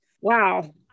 wow